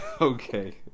okay